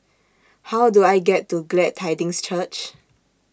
How Do I get to Glad Tidings Church